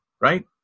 right